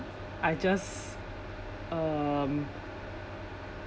I just um